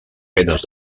penes